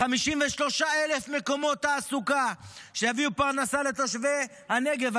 53,0000 מקומות תעסוקה שיביאו פרנסה לתושבי הנגב,